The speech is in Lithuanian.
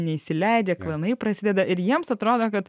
neįsileidžia klanai prasideda ir jiems atrodo kad